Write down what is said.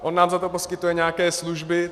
On nám za to poskytuje nějaké služby.